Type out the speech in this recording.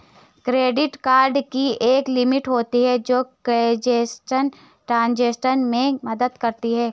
credit card की एक limit होती है जो कैशलेस ट्रांज़ैक्शन में मदद करती है